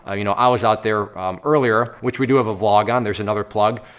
you know i was out there earlier, which we do have a vlog on. there's another plug,